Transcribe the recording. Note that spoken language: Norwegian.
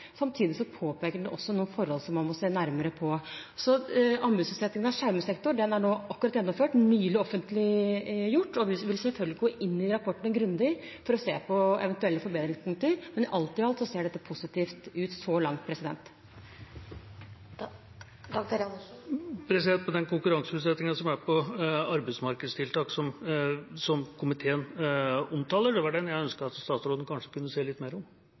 Samtidig påpeker den også noen forhold som man må se nærmere på. Så anbudsutsettingen av skjermet sektor er nå gjennomført og nylig offentliggjort. Vi vil selvfølgelig gå grundig inn i rapportene for å se på eventuelle forbedringspunkter, men alt i alt ser dette positivt ut så langt. Det var konkurranseutsettingen av arbeidsmarkedstiltak, som komiteen omtaler, jeg ønsket at statsråden kanskje kunne si litt mer om.